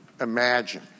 imagine